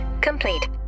complete